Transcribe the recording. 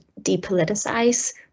depoliticise